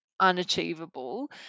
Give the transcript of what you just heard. unachievable